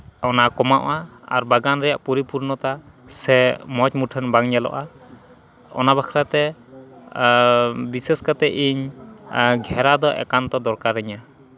ᱚᱱᱟ ᱠᱚ ᱮᱢᱟᱜᱼᱟ ᱟᱨ ᱵᱟᱜᱟᱱ ᱨᱮᱭᱟᱜ ᱯᱚᱨᱤᱯᱩᱨᱱᱚᱛᱟ ᱥᱮ ᱢᱚᱡᱽ ᱢᱩᱴᱷᱟᱹᱱ ᱵᱟᱝ ᱧᱮᱞᱚᱜᱼᱟ ᱚᱱᱟ ᱵᱟᱠᱷᱨᱟᱛᱮ ᱟᱨ ᱵᱤᱥᱮᱥ ᱠᱟᱛᱮᱫ ᱤᱧ ᱜᱷᱮᱨᱟ ᱫᱚ ᱤᱧ ᱮᱠᱟᱞ ᱛᱮ ᱫᱚᱨᱠᱟᱨ ᱤᱧᱟᱹ